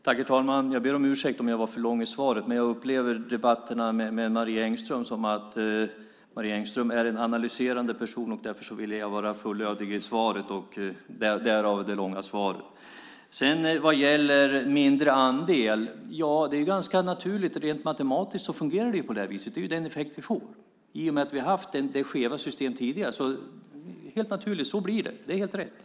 Herr talman! Jag ber om ursäkt om jag var för lång i svaret. Jag har i debatterna upplevt att Marie Engström är en analyserande person, och därför ville jag vara fullödig i svaret. Därav det långa svaret. Det är ganska naturligt att Stockholms län får betala en mindre andel. Rent matematiskt fungerar det på det viset. Det är den effekt vi får helt naturligt i och med att vi har haft ett skevt system tidigare. Så blir det - det är helt rätt.